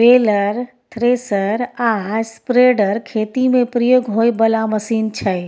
baler, thresher आ spreader खेती मे प्रयोग होइ बला मशीन छै